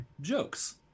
jokes